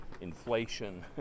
inflation